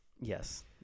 Yes